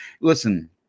listen